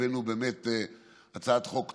הבאנו באמת הצעת חוק טובה,